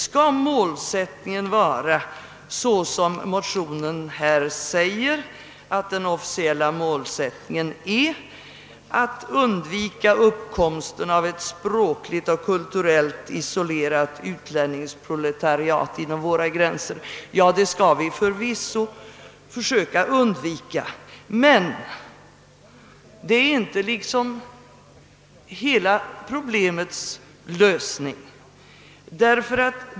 Skall målsättningen vara den nuvarande officiella målsättningen, att undvika uppkomsten av ett språkligt och kulturellt isolerat utlänningsproletariat inom våra gränser? Ja, ett sådant skall vi förvisso försöka undvika, men detta innebär inte en lösning av hela problemet.